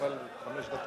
אבל אני לא הולך להירדם?